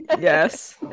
Yes